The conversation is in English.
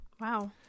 Wow